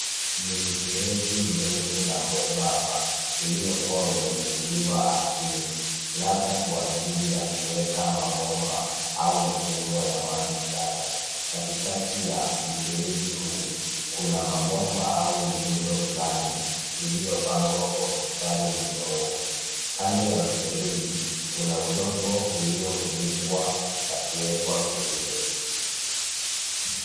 Ni mfereji mrefu na mwembamba uliokuwa umefukuliwa ardhini labda kwa ajili ya kuweka mabomba au mifumo ya maji taka. Katikati ya mfereji huu, kuna mabomba au miundo fulani iliyopangwa kwa mstari mnyoofu. Kando ya mfereji kuna udongo uliofunikwa na kuwekwa pembeni.